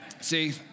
see